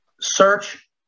Search